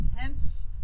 intense